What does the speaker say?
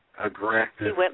aggressive